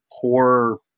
poor